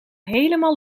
helemaal